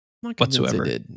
whatsoever